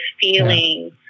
feeling